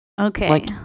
Okay